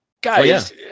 Guys